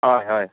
हय हय